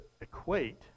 equate